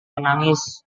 menangis